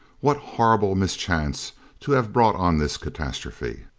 what horrible mischance to have brought on this catastrophe!